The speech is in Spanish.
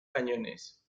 cañones